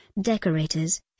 Decorators